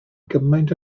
gymaint